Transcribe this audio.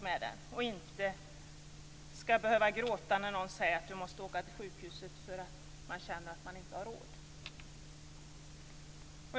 De skall inte behöva gråta därför att de känner att de inte har råd när någon säger att de måste åka till sjukhuset.